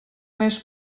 més